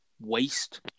waste